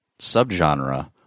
subgenre